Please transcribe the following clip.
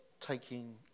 Taking